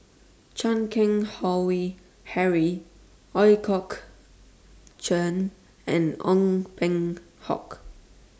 Chan Keng Howe Harry Ooi Kok Chuen and Ong Peng Hock